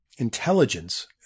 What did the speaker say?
intelligence